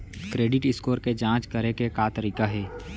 Credit score के जाँच करे के का तरीका हे?